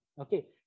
okay